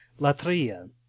latria